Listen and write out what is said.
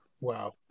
Wow